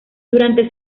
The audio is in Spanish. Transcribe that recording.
durante